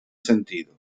sentido